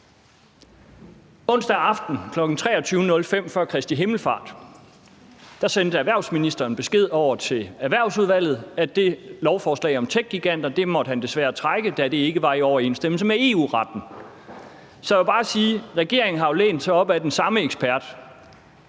Onsdag aften kl. 23.05 før Kristi himmelfartsdag sendte erhvervsministeren besked over til Erhvervsudvalget om, at det lovforslag om techgiganter måtte han desværre trække, da det ikke var i overensstemmelse med EU-retten. Så jeg vil bare sige, at regeringen jo har lænet sig op ad den samme ekspert